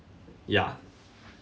ya